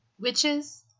Witches